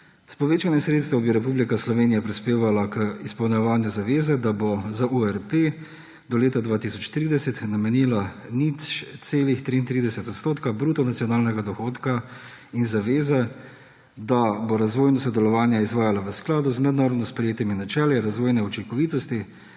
S povečanjem sredstev bi Republika Slovenija prispevala k izpolnjevanju zaveze, da bo za URP do leta 2030 namenila 0,33 odstotka bruto nacionalnega dohodka, in zaveze, da bo razvojno sodelovanje izvajala v skladu z mednarodno sprejetimi načeli razvojne učinkovitosti